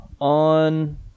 on